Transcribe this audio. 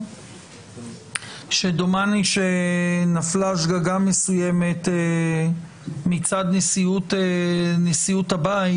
דומני שנפלה שגגה מסוימת מצד נשיאות הבית,